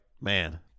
man